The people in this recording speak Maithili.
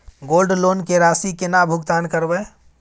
गोल्ड लोन के राशि केना भुगतान करबै?